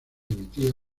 emitía